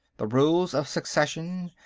the rules of succession.